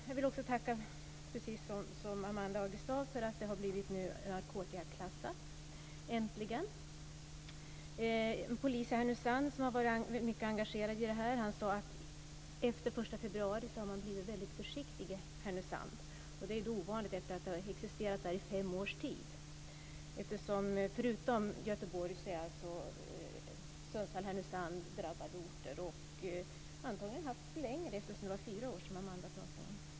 Jag vill precis som Amanda Agestav tacka för att preparatet äntligen har blivit narkotikaklassat. En polis i Härnösand som har varit mycket engagerad i detta sade att man efter den 1 februari har blivit mycket försiktig i Härnösand. Det är ovanligt, eftersom problemet har existerat där i fem års tid. Förutom Göteborg är Sundsvall och Härnösand drabbade orter. De har antagligen haft preparatet längre, eftersom Amanda Agestav pratade om fyra år.